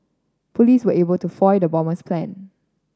police were able to foil the bomber's plan